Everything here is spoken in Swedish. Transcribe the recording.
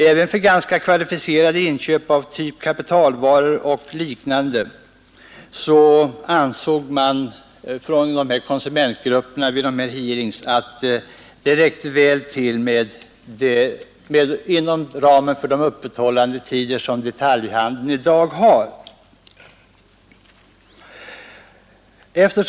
Även för ganska kvalificerade inköp av typ kapitalvaror och liknande ansåg de konsumentgrupper som deltog i dessa hearings att de öppethållandetider som detaljhandeln i dag har väl räckte till.